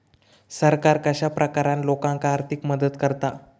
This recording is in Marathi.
सरकार कश्या प्रकारान लोकांक आर्थिक मदत करता?